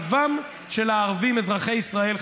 שמצבם של הערבים אזרחי ישראל,